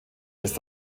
ist